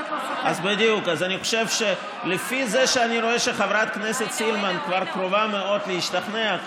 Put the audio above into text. לפי זה שחברת הכנסת סילמן כבר קרובה מאוד להשתכנע,